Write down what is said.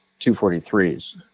243s